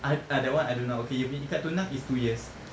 ah ah that one I don't know ah okay dia punya ikat tunang is two years